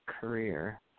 Career